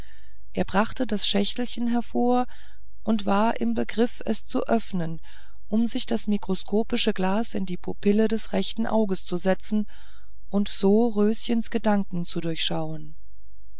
er brachte das schächtelchen hervor und war im begriff es zu öffnen um sich das mikroskopische glas in die pupille des rechten auges zu setzen und so röschens gedanken zu durchschauen